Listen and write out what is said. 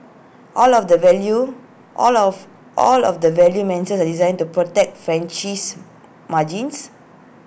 all of the value all of all of the value are designed to protect franchisee margins